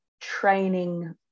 training